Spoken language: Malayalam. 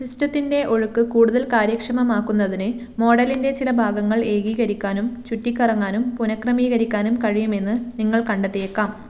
സിസ്റ്റത്തിൻ്റെ ഒഴുക്ക് കൂടുതൽ കാര്യക്ഷമമാക്കുന്നതിന് മോഡലിൻ്റെ ചില ഭാഗങ്ങൾ ഏകീകരിക്കാനും ചുറ്റിക്കറങ്ങാനും പുനഃക്രമീകരിക്കാനും കഴിയുമെന്ന് നിങ്ങൾ കണ്ടെത്തിയേക്കാം